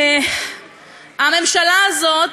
הממשלה הזאת,